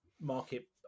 market